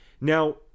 Now